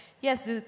Yes